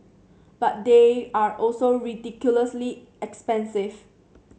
but they are also ridiculously expensive